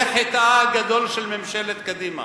זה חטאה הגדול של ממשלת קדימה.